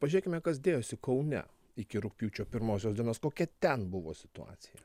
pažiūrėkime kas dėjosi kaune iki rugpjūčio pirmosios dienos kokia ten buvo situacija